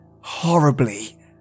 horribly